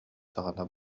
саҕана